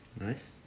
Nice